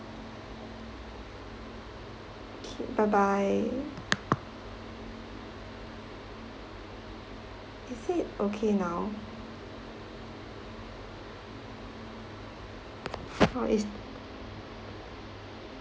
bye bye is it okay now or is